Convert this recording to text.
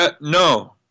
No